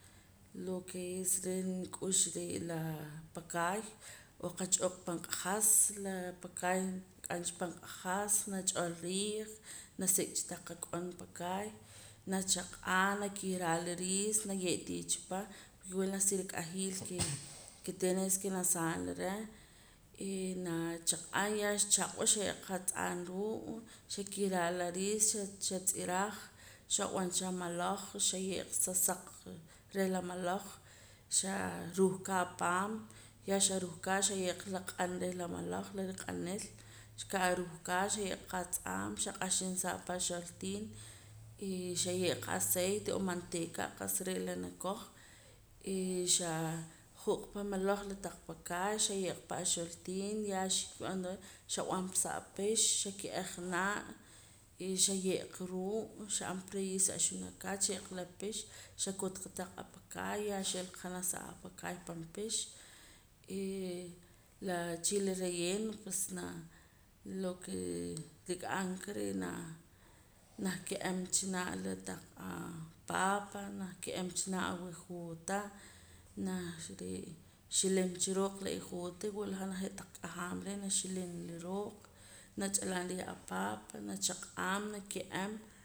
Lo ke es re' nik'ux laa pakaay n'oo qach'oq pan q'ajas la pakaay nqak'amcha pan q'ajas nach'ol riij na sik'cha taq ak'on pakaay nachaq'aa nakihraa' la riis naye'tii cha pah wila naj sirik'ajiil ke ke tenes ke na saam la reh eh nachaq'aa ya xchaq'wa naye'em qa atz'aam ruu' xakih raa'la la riis xatz'iraj xoo ab'an cha amaloj xaye'qa sa saq reh la maloj xaruhkaa paam ya xaruhkaa xaye' qa la q'an reh la maloj la riq'anil xka aruhkaa xaye' qa atz'aam xaq'axin saa pa axortiin y xaye'qa aceite o mantee'ka qa'sa re' la nakoj eh xaju' qa pan maloj la apakaay xaye' qa pan axortiin ya xkib'an dorar xab'an pa sa apix xake'aj naa' y xaye' qa ruu' xa'an pa freir sa axunakaat xaye'qa la pix xakut qa taq apakaay ya xilaqa janaj sa apakaay pan pix eh la chile relleno pues naa lo ke rik'am ka re' naa nah ke'am cha naa la taq apaapa nah ke'am cha naa' awejoota nah re' xilim cha rooq la ejoota wila je' janaj ta k'ajaam reh naxilim la rooq nach'alam riij apaapa nachaq'aam nake'am